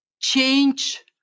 change